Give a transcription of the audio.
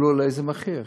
תלוי באיזה מחיר.